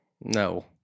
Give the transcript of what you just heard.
No